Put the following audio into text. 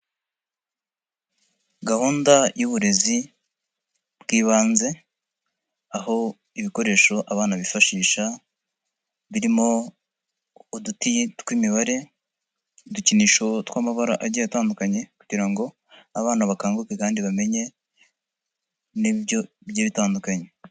Gahunda y'uburezi bw'ibanze, aho ibikoresho abana bifashisha, birimo uduti tw'imibare, udukinisho tw'amabara agiye atandukanye kugira ngo abana bakanguke kandi bamenye n'ibyo bigiye bitandukanye.